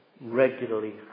regularly